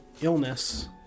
illness